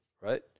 right